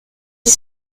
des